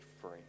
free